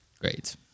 Great